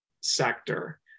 sector